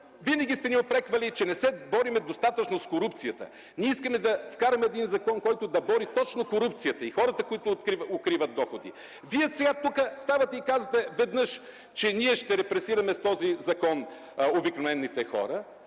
винаги сте ни упреквали, че не се борим достатъчно с корупцията. Ние искаме да вкараме един закон, който да бори точно корупцията и хората, които укриват доходи. Вие сега тук ставате и казвате веднъж, че ние ще репресираме с този закон обикновените хора.